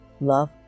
love